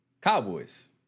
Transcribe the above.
Cowboys